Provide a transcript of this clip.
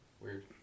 Weird